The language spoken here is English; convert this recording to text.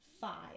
five